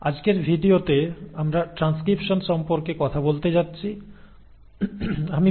আজকের ভিডিওতে আমরা ট্রানস্ক্রিপশন সম্পর্কে কথা বলতে যাচ্ছি